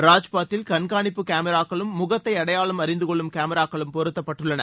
ராஜ்பாத்தில் கண்காணிப்பு காமராக்களும் முகத்தை அடையாளம் அறிந்து கொள்ளும் காமராக்களும் பொறுத்தப்பட்டுள்ளன